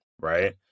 right